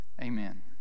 Amen